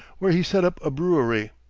where he set up a brewery,